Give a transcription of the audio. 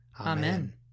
Amen